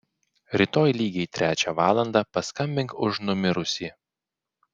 rytoj lygiai trečią valandą paskambink už numirusį